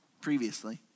previously